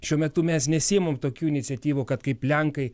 šiuo metu mes nesiimam tokių iniciatyvų kad kaip lenkai